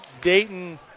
Dayton